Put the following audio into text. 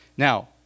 Now